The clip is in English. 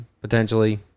potentially –